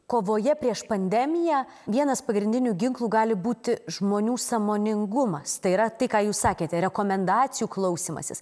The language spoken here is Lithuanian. kovoje prieš pandemiją vienas pagrindinių ginklų gali būti žmonių sąmoningumas tai yra tai ką jūs sakėte rekomendacijų klausymasis